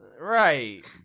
right